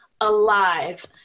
alive